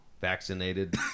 Vaccinated